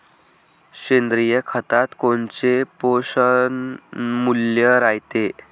सेंद्रिय खतात कोनचे पोषनमूल्य रायते?